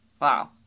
Wow